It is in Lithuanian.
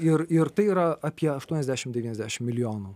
ir ir tai yra apie aštuoniasdešim devyniasdešim milijonų